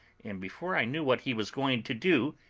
and, before i knew what he was going to do,